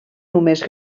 només